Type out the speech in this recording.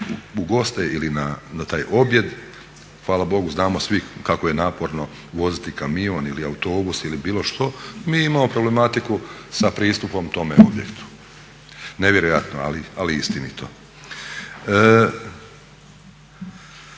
ugoste i na taj objed, hvala Bogu znamo svi kako je naporno voziti kamion ili autobus ili bilo što, mi imamo problematiku sa pristupom tome objektu. Nevjerojatno ali istinito.